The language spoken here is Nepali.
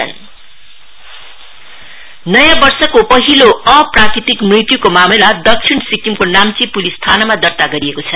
अननेचुरल डेथ नयाँ वर्षको पहिलो अप्राकृतिक मृत्युको मामला दक्षिण सिक्किमको नाम्ची पूलिस थानामा दर्ता गरिएको हो